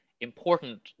important